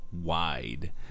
wide